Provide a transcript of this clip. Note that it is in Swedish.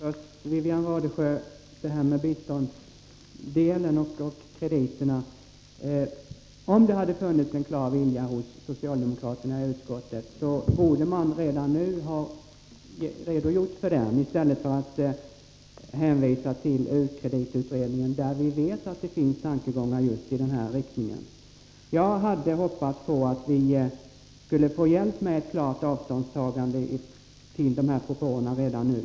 Herr talman! Först vänder jag mig till Wivi-Anne Radesjö om biståndet och u-krediterna. Om det hade funnits en klar vilja hos socialdemokraterna i utskottet, så borde man redan nu ha redogjort för denna i stället för att hänvisa till u-kreditutredningen. Vi vet ju att det där finns tankegångar just i denna riktning. Jag hade hoppats att vi skulle få hjälp med ett klart avståndstagande till dessa propåer redan nu.